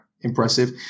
impressive